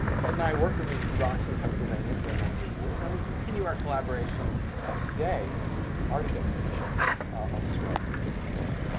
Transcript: ted an i worked in these rocks in pennsylvania for a number of years. and we continue our collaboration ah today in the arctic expeditions i'll describe for you a little later.